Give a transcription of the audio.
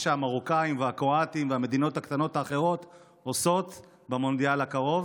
שהמרוקאים והקרואטים והמדינות הקטנות האחרות עושות במונדיאל הקרוב.